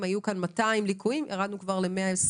אם היו כאן 200 ליקויים, ירדנו כבר ל-120.